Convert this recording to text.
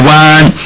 one